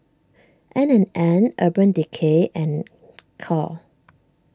N and N Urban Decay and Knorr